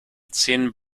zehn